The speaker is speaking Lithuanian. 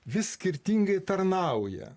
vis skirtingai tarnauja